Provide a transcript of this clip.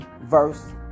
verse